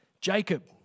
Jacob